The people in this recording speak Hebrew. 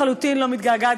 לחלוטין לא מתגעגעת,